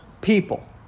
people